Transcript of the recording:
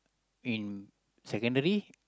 in Secondary